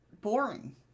boring